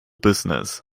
business